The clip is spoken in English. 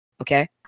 okay